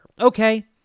Okay